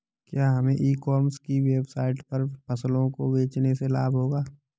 क्या हमें e commerce की वेबसाइट पर फसलों को बेचने से लाभ होगा?